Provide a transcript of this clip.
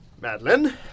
Madeline